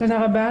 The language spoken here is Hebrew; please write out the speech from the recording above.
תודה רבה.